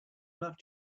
enough